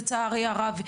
לצערי הרב.